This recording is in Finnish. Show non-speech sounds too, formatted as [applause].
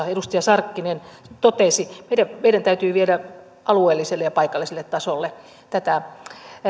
[unintelligible] edustaja sarkkinen totesi meidän meidän täytyy viedä alueelliselle ja paikalliselle tasolle tätä